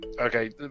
Okay